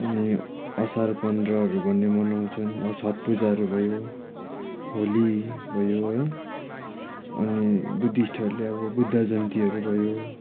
अनि असार पन्ध्रहरू भन्ने मनाउँछन् छटपूजाहरू भयो होली भयो है अनि बुद्धिस्टहरूले अब बुद्ध जयन्तीहरू भयो